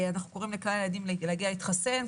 אנחנו קוראים לכלל הילדים להגיע להתחסן.